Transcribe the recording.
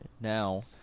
now